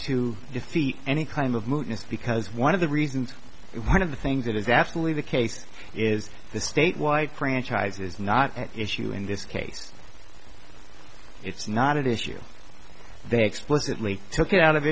to defeat any kind of movements because one of the reasons one of the things that is absolutely the case is the statewide franchise is not at issue in this case it's not an issue they explicitly took it out of